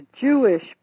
Jewish